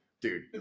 dude